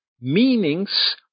meanings